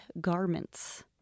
garments